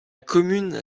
commune